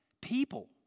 People